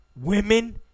women